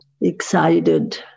excited